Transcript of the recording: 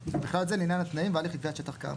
ובכלל זה לעניין התנאים וההליך לקביעת שטח כאמור.